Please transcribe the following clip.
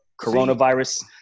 coronavirus –